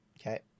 Okay